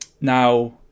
Now